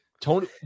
Tony